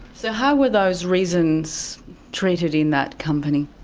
so how were those reasons treated in that company?